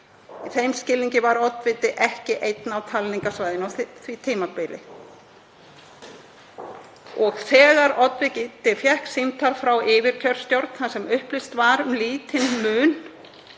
Í þeim skilningi var oddviti ekki einn á talningarsvæðinu á því tímabili. Þegar oddviti fékk símtal frá yfirkjörstjórn þar sem upplýst var um lítinn mun